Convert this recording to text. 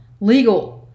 legal